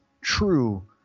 true